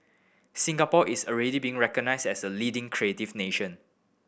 Singapore is already being recognised as a leading creative nation